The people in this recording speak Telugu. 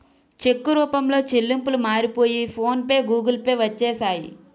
చెక్కు రూపంలో చెల్లింపులు మారిపోయి ఫోన్ పే గూగుల్ పే వచ్చేసాయి